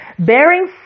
Bearing